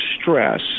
stress